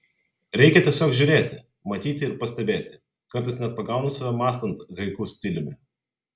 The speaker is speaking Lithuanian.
reikia tiesiog žiūrėti matyti ir pastebėti kartais net pagaunu save mąstant haiku stiliumi